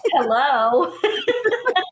hello